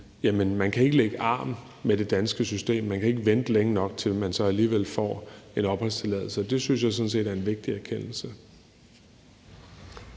at man ikke kan lægge arm med det danske system og man kan ikke vente længe nok, til at man så alligevel får en opholdstilladelse. Det synes jeg sådan set er en vigtig erkendelse.